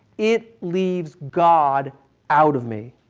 it leaves god out of me.